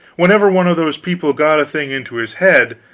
whenever one of those people got a thing into his head,